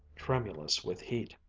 tremulous with heat.